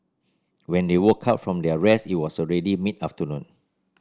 when they woke up from their rest it was already mid afternoon